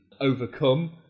overcome